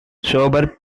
sober